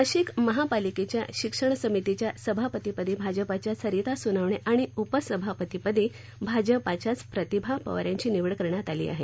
नाशिक महापालिकेच्या शिक्षण समितीच्या सभापतिपदी भाजपच्या सरिता सोनवणे आणि उपसभापतीपदी भाजपच्याच प्रतिभा पवार यांची निवड करण्यात आली आहे